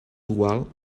dual